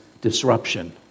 disruption